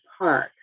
Park